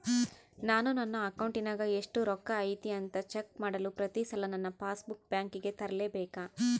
ನಾನು ನನ್ನ ಅಕೌಂಟಿನಾಗ ಎಷ್ಟು ರೊಕ್ಕ ಐತಿ ಅಂತಾ ಚೆಕ್ ಮಾಡಲು ಪ್ರತಿ ಸಲ ನನ್ನ ಪಾಸ್ ಬುಕ್ ಬ್ಯಾಂಕಿಗೆ ತರಲೆಬೇಕಾ?